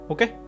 Okay